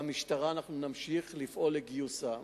אנחנו נמשיך לפעול לגיוסם.